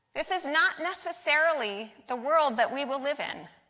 this is not necessarily the world that we will live in.